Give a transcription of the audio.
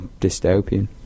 dystopian